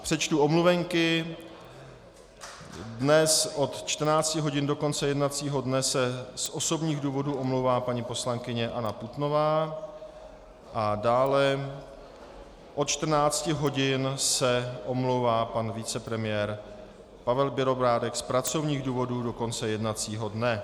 Přečtu omluvenky: dnes od 14 hodin do konce jednacího dne se z osobních důvodů omlouvá paní poslankyně Anna Putnová a dále od 14 hodin se omlouvá pan vicepremiér Pavel Bělobrádek z pracovních důvodů do konce jednacího dne.